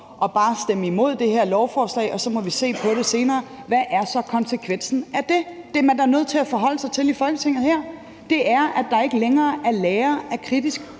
om bare at stemme imod det her forslag og så se på det senere, så er der en konsekvens. Det er man da nødt til at forholde sig til her i Folketinget. Konsekvensen er, at der ikke længere vil være lagre af kritisk